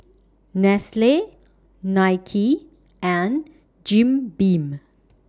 Nestle Nike and Jim Beam